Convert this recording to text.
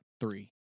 three